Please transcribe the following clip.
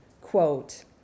Quote